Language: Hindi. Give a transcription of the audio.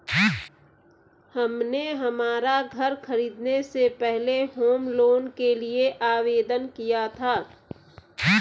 हमने हमारा घर खरीदने से पहले होम लोन के लिए आवेदन किया था